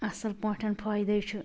اصٕل پٲٹھۍ فٲیدٔے چھُ